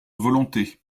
volonté